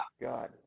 God